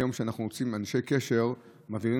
שהיום כשאנחנו מוצאים אנשי קשר מביאים